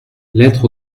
lettre